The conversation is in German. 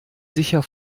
sicher